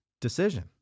decision